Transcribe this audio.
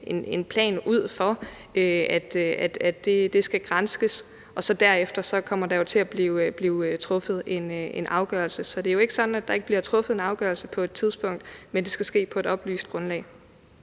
en plan ud for skal granskes, og derefter kommer der så til at blive truffet en afgørelse. Så det er jo ikke sådan, at der ikke bliver truffet en afgørelse på et tidspunkt, men det skal ske på et oplyst grundlag.